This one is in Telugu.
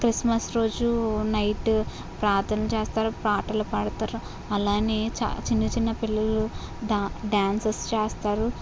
క్రిస్మస్ రోజు నైట్ ప్రార్థన చేస్తారు పాటలు పాడుతారు అలానే ఛ చిన్న చిన్న పిల్లలు ఢ డాన్సెస్ చేస్తారు